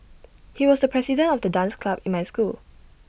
he was the president of the dance club in my school